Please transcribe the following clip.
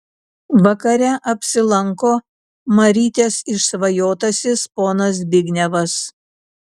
vakare apsilanko marytės išsvajotasis ponas zbignevas